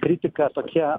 kritika tokia